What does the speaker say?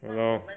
!hannor!